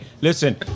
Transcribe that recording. listen